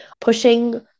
pushing